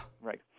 Right